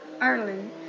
Ireland